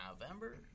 November